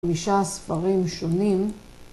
‫5 ספרים שונים.